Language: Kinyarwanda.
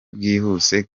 bwihuse